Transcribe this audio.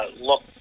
look